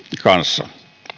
kanssa